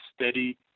steady